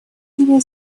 время